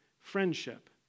friendship